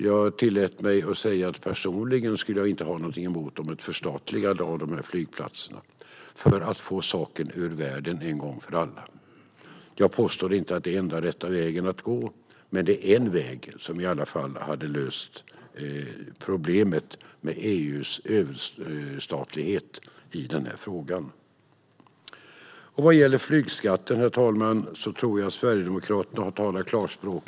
Jag tillät mig att säga att jag personligen inte skulle ha något emot ett förstatligande av dessa flygplatser för att en gång för alla få saken ut världen. Jag påstår inte att det är den enda rätta vägen att gå, men det är en väg som i alla fall hade löst problemet med EU:s överstatlighet i denna fråga. Herr talman! Vad gäller flygskatten har Sverigedemokraterna nog talat klarspråk.